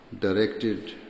directed